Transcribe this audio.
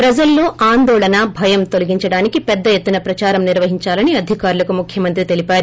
ప్రజల్లో ఆందోళన భయం తొలగించడానికి పెద్ద ఎత్తున్న ప్రదారం నిర్వహిందాలని అధికారులకు ముఖ్యమంత్రి తెలిపారు